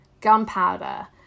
gunpowder